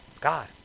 God